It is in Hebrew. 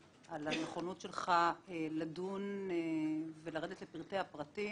על הנכונות שלך לדון ולרדת לפרטי פרטים